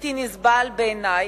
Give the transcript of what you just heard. בלתי נסבל בעיני,